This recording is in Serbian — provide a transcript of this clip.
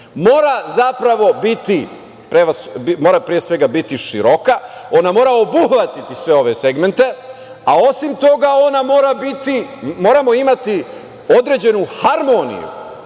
mora zapravo biti pre svega široka, ona mora obuhvati sve ove segmente, a osim toga ona moramo imati određenu harmoniju,